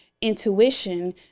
intuition